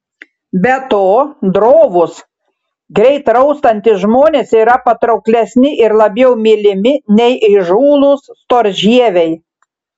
be to drovūs greit raustantys žmonės yra patrauklesni ir labiau mylimi nei įžūlūs storžieviai